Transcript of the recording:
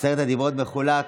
עשרת הדברות מחולק,